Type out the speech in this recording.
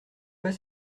pas